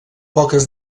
poques